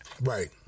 Right